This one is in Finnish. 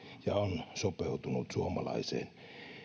ja on sopeutunut suomalaiseen